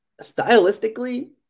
stylistically